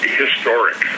historic